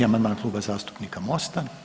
9. amandman Kluba zastupnika MOST-a.